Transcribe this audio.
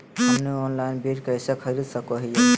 हमनी ऑनलाइन बीज कइसे खरीद सको हीयइ?